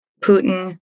Putin